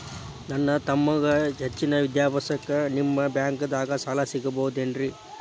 ನನ್ನ ತಮ್ಮಗ ಹೆಚ್ಚಿನ ವಿದ್ಯಾಭ್ಯಾಸಕ್ಕ ನಿಮ್ಮ ಬ್ಯಾಂಕ್ ದಾಗ ಸಾಲ ಸಿಗಬಹುದೇನ್ರಿ?